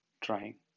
trying